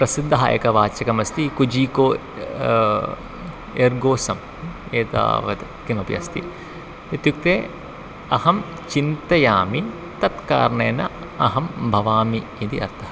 प्रसिद्धः एकवाचकम् अस्ति कुजीको एर्गोसम् एतावत् किमपि अस्ति इत्युक्ते अहं चिन्तयामि तत् कारणेन अहं भवामि इति अर्थः